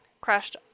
crashed